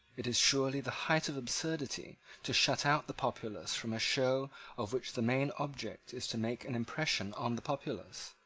it is surely the height of absurdity to shut out the populace from a show of which the main object is to make an impression on the populace.